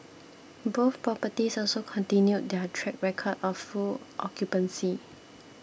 both properties also continued their track record of full occupancy